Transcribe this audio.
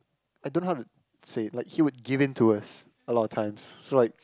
I don't know how to say like he would give in to us a lot of times so like